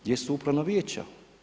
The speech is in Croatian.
Gdje su upravna vijeća?